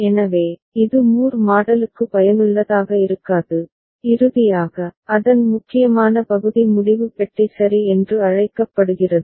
எனவே இது மூர் மாடலுக்கு பயனுள்ளதாக இருக்காது இறுதியாக அதன் முக்கியமான பகுதி முடிவு பெட்டி சரி என்று அழைக்கப்படுகிறது